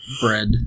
bread